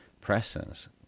presence